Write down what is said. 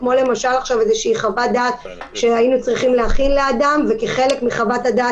כמו למשל איזושהי חוות דעת שהיינו צריכים להכין לאדם וכחלק מחוות הדעת